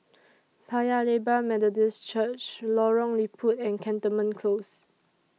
Paya Lebar Methodist Church Lorong Liput and Cantonment Close